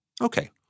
Okay